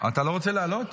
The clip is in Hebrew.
אתה לא רוצה לעלות?